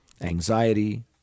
Anxiety